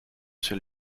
sur